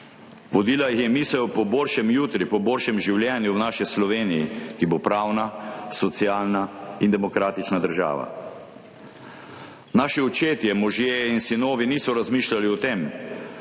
Vodila jih je misel po boljšem jutri, po boljšem življenju v naši Sloveniji, ki bo pravna, socialna in demokratična država. Naši očetje, možje in sinovi niso razmišljali o tem,